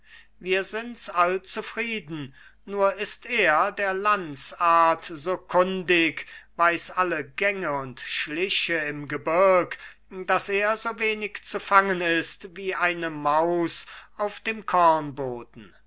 wir sind's all zufrieden nur ist er der landsart so kundig weiß alle gänge und schliche im gebirg daß er so wenig zu fangen ist wie eine maus auf dem